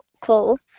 cool